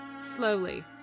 slowly